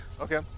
Okay